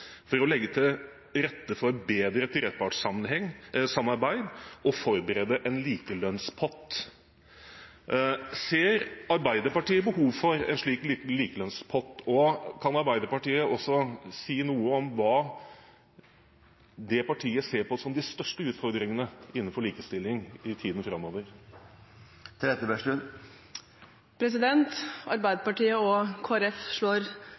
for å legge til rette for bedre trepartssamarbeid og forberede en likelønnspott. Ser Arbeiderpartiet behovet for en slik likelønnspott? Og kan Arbeiderpartiet også si noe om hva det partiet ser på som de største utfordringene innenfor likestilling i tiden framover? Arbeiderpartiet og Kristelig Folkeparti slår